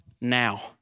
now